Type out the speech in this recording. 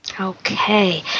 Okay